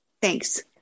Thanks